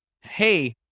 hey